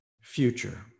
future